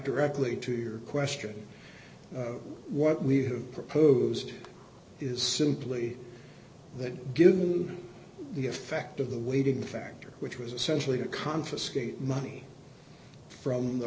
directly to your question what we have proposed is simply that given the effect of the weighting factor which was essentially to confiscate money from the